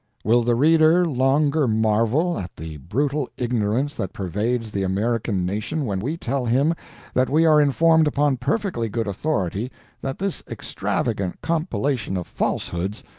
will the reader longer marvel at the brutal ignorance that pervades the american nation when we tell him that we are informed upon perfectly good authority that this extravagant compilation of falsehoods,